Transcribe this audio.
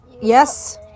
yes